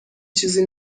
چیزی